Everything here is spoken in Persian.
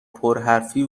پرحرفی